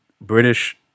british